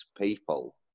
people